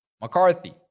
McCarthy